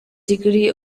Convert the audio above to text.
degree